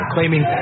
Claiming